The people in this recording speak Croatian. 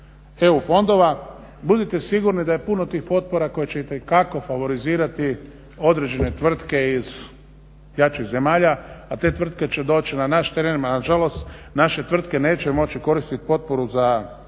EU fondova, budite sigurni da je puno tih potpora koje će itekako favorizirati određene tvrtke iz jačih zemalja, a te tvrtke će doći na naš teren a nažalost naše tvrtke neće moći koristiti potporu za